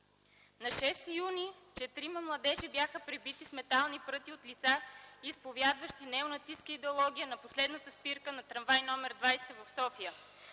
На 6 юни т.г. четирима младежи бяха пребити с метални пръти от лица, изповядващи неонацистка идеология, на последната спирка на трамвай № 20 в София.